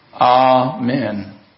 Amen